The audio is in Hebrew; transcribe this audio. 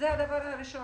זה הדבר הראשון.